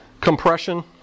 compression